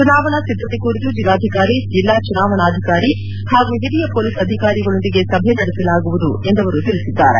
ಚುನಾವಣಾ ಸಿದ್ದತೆ ಕುರಿತು ಜಿಲ್ಲಾಧಿಕಾರಿ ಜಿಲ್ಲಾ ಚುನಾವಣಾಧಿಕಾರಿ ಹಾಗೂ ಹಿರಿಯ ಮೊಲೀಸ್ ಅಧಿಕಾರಿಗಳೊಂದಿಗೆ ಸಭೆ ನಡೆಸಲಾಗುವುದು ಎಂದು ಅವರು ತಿಳಿಸಿದ್ದಾರೆ